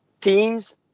teams